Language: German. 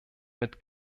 mit